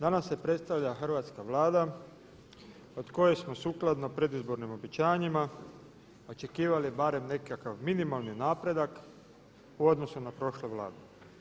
Danas se predstavlja hrvatska Vlada od koje smo sukladno predizbornim obećanjima očekivali barem nekakav minimalni napredak u odnosu na prošlu Vladu.